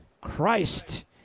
Christ